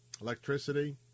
Electricity